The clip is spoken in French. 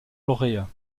lauréat